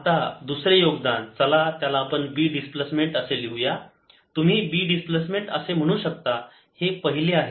आता दुसरे योगदान चला त्याला आपण B डिस्प्लेसमेंट असे लिहू या तुम्ही B डिस्प्लेसमेंट असे म्हणू शकता हे पहिले आहे